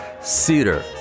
cedar